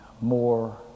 more